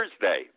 Thursday